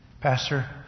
Pastor